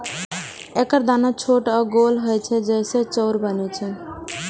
एकर दाना छोट आ गोल होइ छै, जइसे चाउर बनै छै